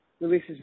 Releases